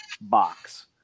box